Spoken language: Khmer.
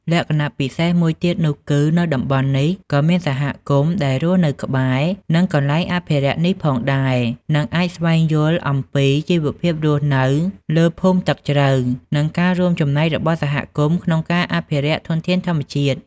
លក្ចណៈពិសេសមួយទៀតនោះគឺនៅតំបន់នេះក៏មានសហគមន៍ដែលរស់ក្បែរនិងកន្លែងអភិរក្សនេះផងដែលនិងអាចស្វែងយល់អំពីជីវភាពរស់នៅលើភូមិទឹកជ្រៅ និងការរួមចំណែករបស់សហគមន៍ក្នុងការអភិរក្សធនធានធម្មជាតិ។